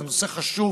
וזה נושא חשוב,